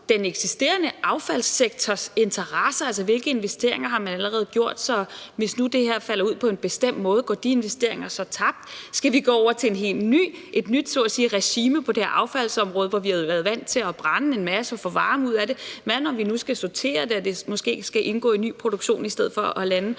den eksisterende affaldssektors interesser, altså spørgsmålet om, hvilke investeringer man allerede har foretaget, og hvis nu det her falder ud på en bestemt måde, går de investeringer så tabt? Skal vi gå over til et helt nyt regime på det affaldsområde, hvor vi har været vant til at brænde en masse af og få varme ud af det? Hvad når vi nu skal sortere det, og det måske skal indgå i ny produktion i stedet for at lande